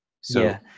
So-